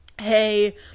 hey